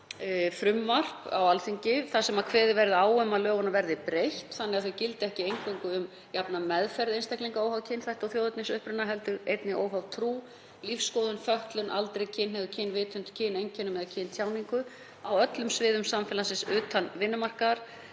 frumvarp á Alþingi þar sem kveðið verði á um að lögunum verði breytt þannig að þau gildi ekki eingöngu um jafna meðferð einstaklinga óháð kynþætti og þjóðernisuppruna heldur einnig óháð trú, lífsskoðun, fötlun, aldri, kynhneigð, kynvitund, kyneinkennum eða kyntjáningu á öllum sviðum samfélagsins utan vinnumarkaðar,